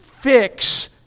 Fix